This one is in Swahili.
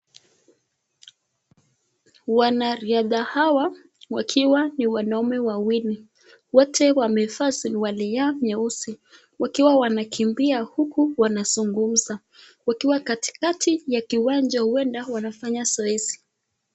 Wanariadha hawa wakiwa ni wanaume wawili. Wote wamevaa suruali ya nyeusi, wakiwa wanakimbia huku wanazungumza ,wakiwa katikati ya kiwanja huenda wanafanya zoezi.